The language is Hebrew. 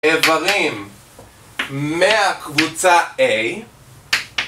אברים מהקבוצה A